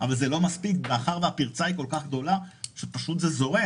אבל זה לא מספיק מאחר והפרצה היא כל כך גדולה וזה פשוט זורם.